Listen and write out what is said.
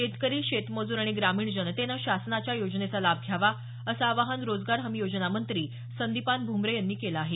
शेतकरी शेतमजूर आणि ग्रामीण जनतेनं शासनाच्या योजनेचा लाभ घ्यावा असं आवाहन रोजगार हमी योजना मंत्री संदिपान भूमरे यांनी केलं आहे